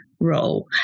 role